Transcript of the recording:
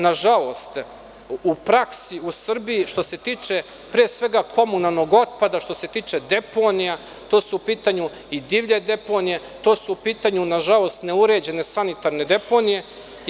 Nažalost, u praksi u Srbiji što se tiče pre svega komunalnog otpada, što se tiče deponija, to su u pitanju i divlje deponije, to su u pitanju nažalost neuređene sanitarne deponije.